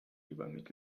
übermittelt